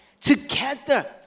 together